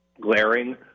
glaring